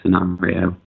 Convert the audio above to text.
Scenario